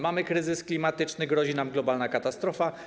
Mamy kryzys klimatyczny, grozi nam globalna katastrofa.